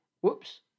whoops